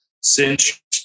cinch